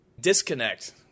disconnect